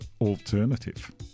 Alternative